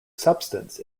substance